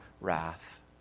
wrath